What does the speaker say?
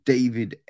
David